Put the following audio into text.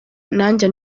nanjye